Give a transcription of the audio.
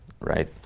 right